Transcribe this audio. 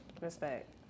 respect